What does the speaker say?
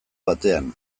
batean